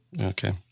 Okay